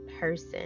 person